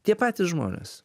tie patys žmonės